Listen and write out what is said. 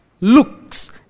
Looks